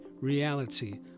reality